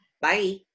Bye